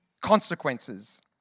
consequences